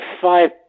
five